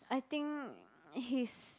I think he's